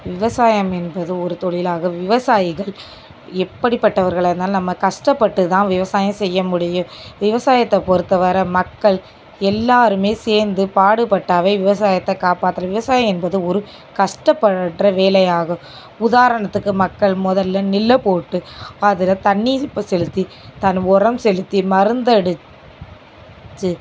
விவசாயம் என்பது ஒரு தொழிலாகும் விவசாயிகள் எப்படிப்பட்டவர்களாக இருந்தாலும் நம்ம கஷ்டப்பட்டு தான் விவசாயம் செய்ய முடியும் விவசாயத்தை பொருத்தவரை மக்கள் எல்லோருமே சேர்ந்து பாடுபட்டால் விவசாயத்தை காப்பாற்றலாம் விவசாயம் என்பது ஒரு கஷ்டப்படுகிற வேலையாகும் உதாரணத்துக்கு மக்கள் முதல்ல நெல்லை போட்டு அதில் தண்ணிர் செலுத்தி தன் உரம் செலுத்தி மருந்து அடித்து